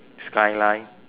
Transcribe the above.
skyline